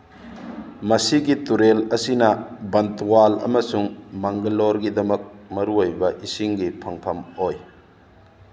ꯃꯁꯤꯒꯤ ꯇꯨꯔꯦꯜ ꯑꯁꯤꯅ ꯕꯟꯇꯨꯋꯥꯜ ꯑꯃꯁꯨꯡ ꯃꯪꯒꯂꯣꯔꯒꯤꯗꯃꯛ ꯃꯔꯨꯑꯣꯏꯕ ꯏꯁꯤꯡꯒꯤ ꯐꯪꯐꯝ ꯑꯣꯏ